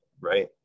right